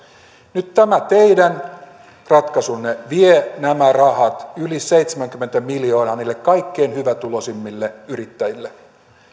nyt tämä teidän ratkaisunne vie nämä rahat yli seitsemänkymmentä miljoonaa niille kaikkein hyvätuloisimmille yrittäjille